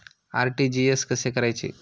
RTGS कसे करायचे?